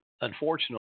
unfortunately